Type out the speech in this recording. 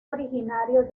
originario